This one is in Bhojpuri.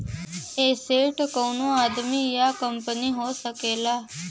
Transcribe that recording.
एसेट कउनो आदमी या कंपनी हो सकला